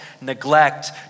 neglect